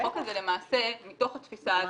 החוק הזה, למעשה מתוך התפיסה הזו,